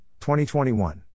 2021